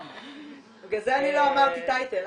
בגלל זה לא אמרתי טייטל.